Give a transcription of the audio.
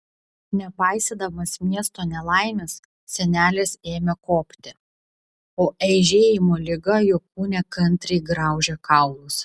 nepaisydamas miesto nelaimės senelis ėmė kopti o eižėjimo liga jo kūne kantriai graužė kaulus